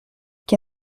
que